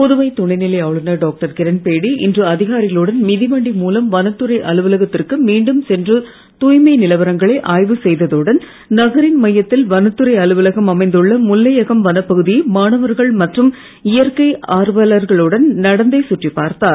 புதுவை துணைநிலை ஆளுநர் டாக்டர் கிரண்பேடி இன்று அதிகாரிகளுடன் மிதிவண்டி மூலம் வனத்துறை அலுவலகத்திற்கு மீண்டும் சென்று தாய்மை நிலவரங்களை ஆய்வு செய்ததுடன் நகரின் மையத்தில் வனத்துறை அலுவலகம் அமைந்துள்ள முல்லையகம் வனப்பகுதியை மாணவர்கள் மற்றும் இயற்கை ஆர்வலர்களுடன் நடந்தே சுற்றிப் பார்த்தார்